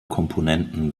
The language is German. komponenten